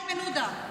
לאיימן עודה.